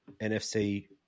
NFC